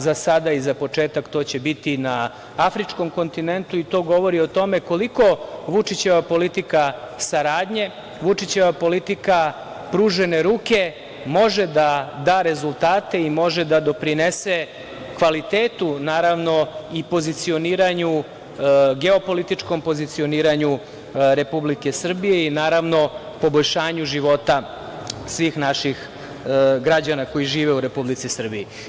Za sada i za početak to će biti na afričkom kontinentu i to govori o tome koliko Vučićeva politika saradnje, Vučićeva politika pružene ruke može da da rezultate i može da doprinese kvalitetu naravno i pozicioniranju geopolitičkom Republike Srbije i naravno poboljšanju života svih naših građana koji žive u Republici Srbiji.